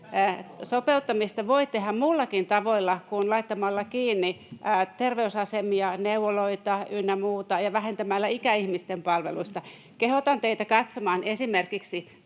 Sopeuttamista voi tehdä muillakin tavoilla kuin laittamalla kiinni terveysasemia, neuvoloita ynnä muita ja vähentämällä ikäihmisten palveluista. Kehotan teitä katsomaan esimerkiksi